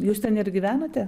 jūs ten ir gyvenate